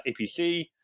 APC